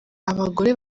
abagore